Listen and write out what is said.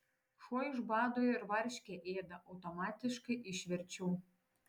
šuo iš bado ir varškę ėda automatiškai išverčiau